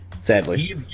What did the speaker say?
Sadly